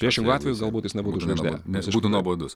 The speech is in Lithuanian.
priešingu atveju galbūt jis nebūtų žvaigždė nes būtų nuobodus